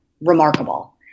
remarkable